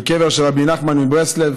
בקבר של רבי נחמן מברסלב,